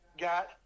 got